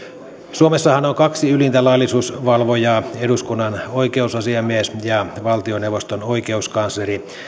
suomessahan on kaksi ylintä laillisuusvalvojaa eduskunnan oikeusasiamies ja valtioneuvoston oikeuskansleri